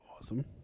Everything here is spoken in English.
Awesome